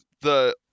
the-